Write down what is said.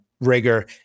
rigor